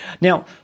Now